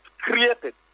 created